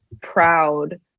proud